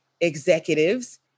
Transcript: executives